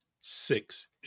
Six